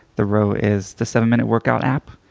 the row is the seven minute workout app,